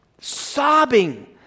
sobbing